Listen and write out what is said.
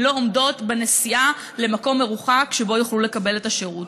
לא עומדות בנסיעה למקום מרוחק שבו יוכלו לקבל את השירות.